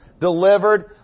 delivered